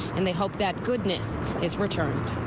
and they hope that goodness is returned.